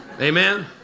Amen